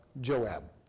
Joab